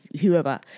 whoever